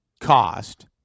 cost